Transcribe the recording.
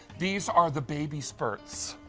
these are the baby spurts.